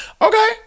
okay